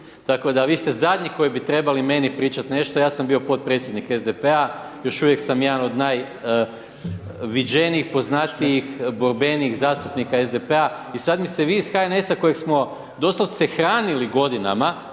tako da vi ste zadnji koji bi trebali meni pričati nešto, ja sam bio potpredsjednik SDP-a još uvijek sam jedan od najviđenijih, poznatijih, borbenijih zastupnika SDP-a i sada mi se vi iz HNS-a kojeg smo doslovce hranili godinama,